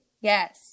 Yes